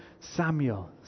Samuel